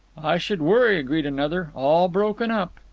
i should worry! agreed another. all broken up.